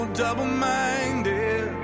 double-minded